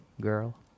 girl